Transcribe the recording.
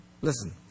Listen